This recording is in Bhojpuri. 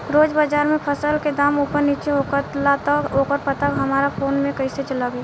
रोज़ बाज़ार मे फसल के दाम ऊपर नीचे होखेला त ओकर पता हमरा फोन मे कैसे लागी?